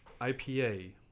IPA